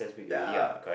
yea